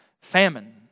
Famine